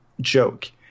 joke